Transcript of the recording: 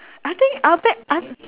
I think I'll be un~